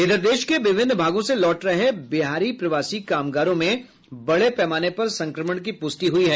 इधर देश के विभिन्न भागों से लौट रहे बिहारी प्रवासी कामगारों में बड़े पैमाने पर संक्रमण की पुष्टि हुई है